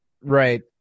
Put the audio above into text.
Right